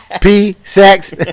P-Sex